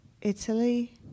Italy